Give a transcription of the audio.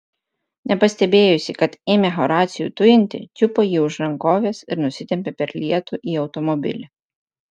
nepastebėjusi kad ėmė horacijų tujinti čiupo jį už rankovės ir nusitempė per lietų į automobilį